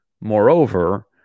Moreover